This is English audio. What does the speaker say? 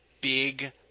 big